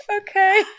okay